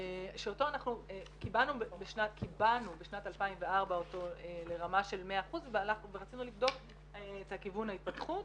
שאותו קיבלנו בשנת 2004 לרמה של 100% ורצינו לבדוק את כיוון ההתפתחות.